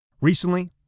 Recently